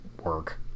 work